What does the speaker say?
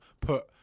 put